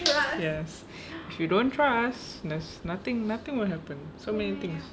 yes if you don't trust there's nothing nothing will happen so many things